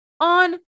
on